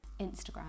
instagram